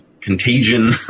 contagion